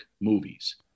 movies